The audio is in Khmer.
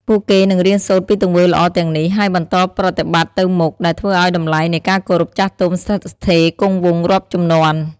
ពួកគេនឹងរៀនសូត្រពីទង្វើល្អទាំងនេះ ហើយបន្តប្រតិបត្តិទៅមុខ ដែលធ្វើឲ្យតម្លៃនៃការគោរពចាស់ទុំស្ថិតស្ថេរគង់វង្សរាប់ជំនាន់។